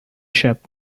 ship